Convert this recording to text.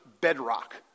bedrock